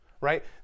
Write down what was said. Right